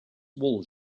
wall